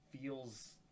feels